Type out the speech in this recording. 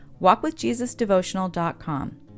walkwithjesusdevotional.com